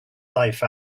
life